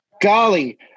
Golly